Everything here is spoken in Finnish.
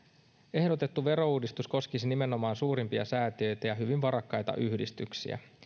ehdotettu verouudistus koskisi nimenomaan suurimpia säätiöitä ja hyvin varakkaita yhdistyksiä